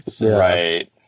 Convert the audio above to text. Right